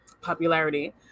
popularity